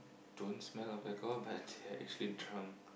don't smell of alcohol but they are actually drunk